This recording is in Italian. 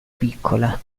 piccole